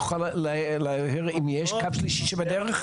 תוכל לומר אם יש קו שלישי בדרך?